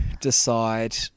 decide